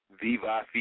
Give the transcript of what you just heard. Viva